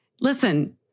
Listen